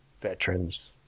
veterans